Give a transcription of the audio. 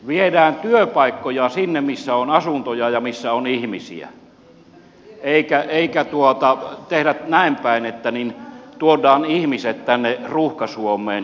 viedään työpaikkoja sinne missä on asuntoja ja missä on ihmisiä eikä tehdä näin päin että tuodaan ihmiset tänne ruuhka suomeen ja kasvukeskuksiin